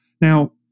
Now